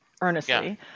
earnestly